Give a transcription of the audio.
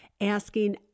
asking